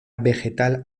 vegetal